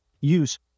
use